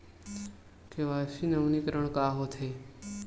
KYC नवीनीकरण का होथे?